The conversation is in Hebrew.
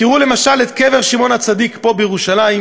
תראו, למשל, את קבר שמעון הצדיק פה בירושלים.